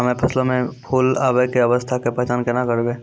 हम्मे फसलो मे फूल आबै के अवस्था के पहचान केना करबै?